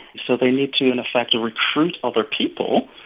so they need to, in effect, recruit other people,